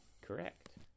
Correct